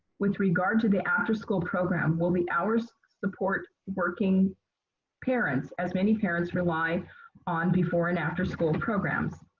with regard to the after school program, will the hours support working parents, as many parents rely on before and after school programs?